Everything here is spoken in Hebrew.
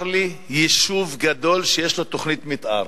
לי יישוב גדול שיש לו תוכנית מיתאר,